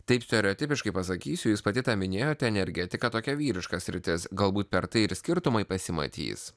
taip stereotipiškai pasakysiu jūs pati minėjote energetika tokia vyriška sritis galbūt per tai ir skirtumai pasimatys